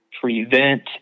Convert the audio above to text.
prevent